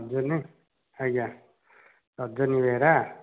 ରଜନୀ ଆଜ୍ଞା ରଜନୀ ବେହେରା